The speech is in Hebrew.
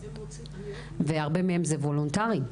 והרבה מהם זה וולונטרי.